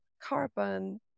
carbon